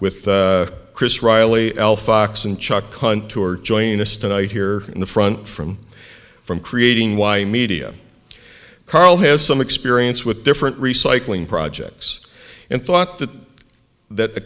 with chris riley and chuck contoured joining us tonight here in the front from from creating why media karl has some experience with different recycling projects and thought that that